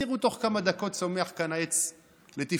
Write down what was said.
ותראו שתוך כמה דקות צומח כאן עץ לתפארה.